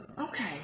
Okay